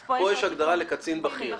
כאן יש הגדרה לקצין בכיר.